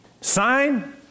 Sign